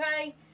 okay